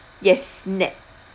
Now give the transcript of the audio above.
yes nett